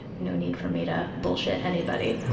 no need for me to bullshit anybody.